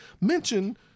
mention